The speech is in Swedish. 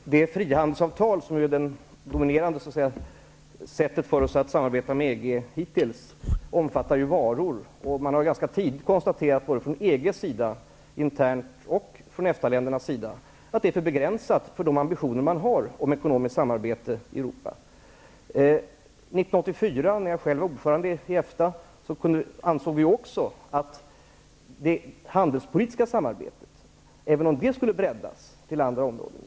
Fru talman! Frihandelsavtalet, som hittills har varit det dominerande sättet för oss att samarbeta med EG, omfattar ju varor. Man har tidigt kritiserat både från EG:s sida och från EFTA-ländernas sida att det är för begränsat för de ambitioner som finns om ekonomiskt samarbete i Europa. När jag själv var ordförande i EFTA 1984, ansåg vi också att det handelspolitiska samarbetet var för begränsat -- även om det skulle breddas på andra områden.